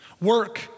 Work